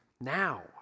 now